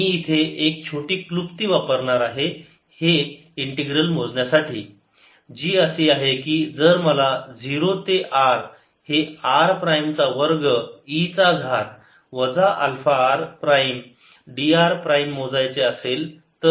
मी इथे एक छोटी क्लुप्ती वापरणार आहे हे इंटीग्रल मोजण्यासाठी जी असे आहे की जर मला 0 ते r हे r प्राईम चा वर्ग e चा घात वजा अल्फा r prime d r prime मोजायचे असेल तर